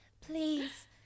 Please